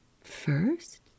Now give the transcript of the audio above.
first